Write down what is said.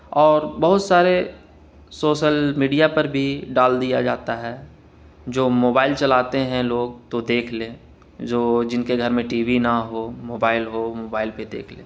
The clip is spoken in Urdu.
اور بہت سارے سوسل میڈیا پر بھی ڈال دیا جاتا ہے جو موبائل چلاتے ہیں لوگ تو دیکھ لیں جو جن کے گھر میں ٹی وی نہ ہو موبائل ہو موبائل پہ دیکھ لیں